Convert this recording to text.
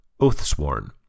Oathsworn